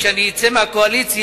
כשאני אצא מהקואליציה,